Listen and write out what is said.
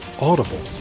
Audible